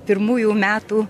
pirmųjų metų